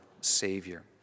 Savior